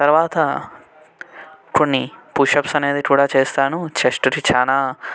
తరువాత కొన్ని పుషప్స్ అనేది కూడా చేస్తాను చెస్ట్కి చాలా